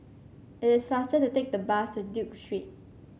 it is faster to take the bus to Duke Street